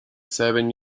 seven